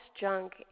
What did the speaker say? junk